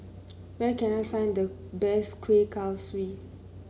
where can I find the best Kueh Kaswi